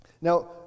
Now